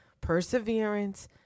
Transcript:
perseverance